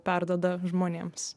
perduoda žmonėms